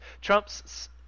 Trump's –